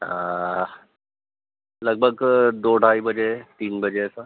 لگ بھگ دو ڈھائی بجے تین بجے کا